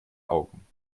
augen